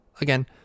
Again